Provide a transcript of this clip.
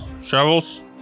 Shovels